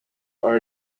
are